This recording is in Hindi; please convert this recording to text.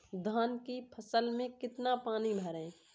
धान की फसल में कितना पानी भरें?